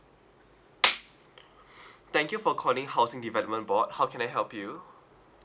thank you for calling housing development board how can I help you